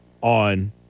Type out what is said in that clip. on